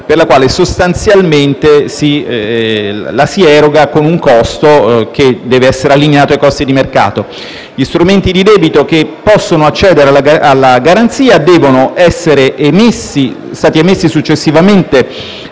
garanzia che sostanzialmente si eroga con un costo che deve essere allineato ai costi di mercato. Gli strumenti di debito che possono accedere alla garanzia devono essere stati emessi successivamente